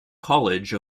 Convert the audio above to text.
college